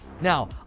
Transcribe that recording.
Now